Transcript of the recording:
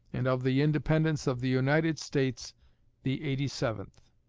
and of the independence of the united states the eighty-seventh.